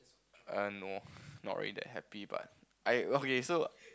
err no not really that happy but I okay so